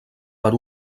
per